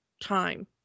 time